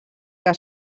que